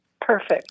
perfect